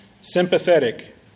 sympathetic